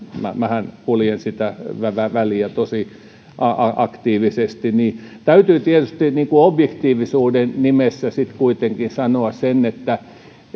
kun minähän kuljen sitä väliä väliä tosi aktiivisesti niin täytyy tietysti objektiivisuuden nimessä sitten kuitenkin sanoa se että